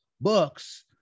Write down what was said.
books